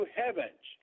heavens